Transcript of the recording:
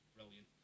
brilliant